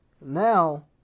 now